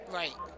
right